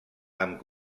amb